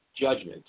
judgment